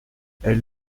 elle